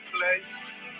place